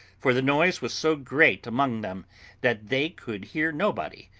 for the noise was so great among them that they could hear nobody,